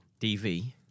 DV